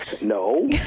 No